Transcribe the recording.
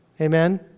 Amen